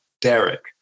Derek